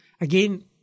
Again